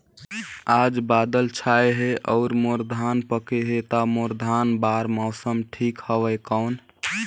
आज बादल छाय हे अउर मोर धान पके हे ता मोर धान बार मौसम ठीक हवय कौन?